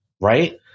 right